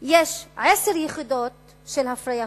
יש עשר יחידות של הפריה חוץ-גופית,